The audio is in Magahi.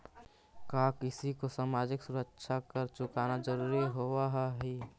का किसी को सामाजिक सुरक्षा कर चुकाना जरूरी होवअ हई